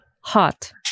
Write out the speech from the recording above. hot